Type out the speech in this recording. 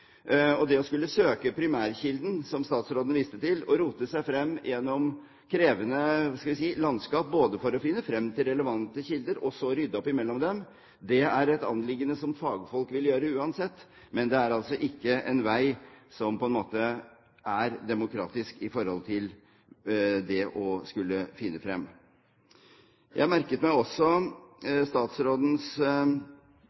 rote seg frem gjennom krevende landskap for å finne frem til relevante kilder, og så rydde opp blant dem, er et anliggende som fagfolk vil gjøre uansett, men det er ikke en vei som er demokratisk i forhold til det å kunne finne frem. Jeg merket meg også